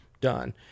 done